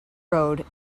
road